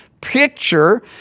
picture